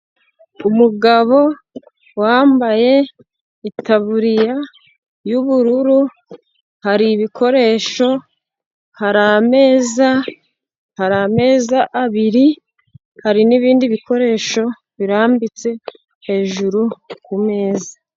Umugabo wambaye itaburiya y'ubururu, hari ibikoresho hari ameza, hari ameza abiri, hari n'ibindi bikoresho birambitse hejuru kumeza.